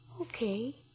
Okay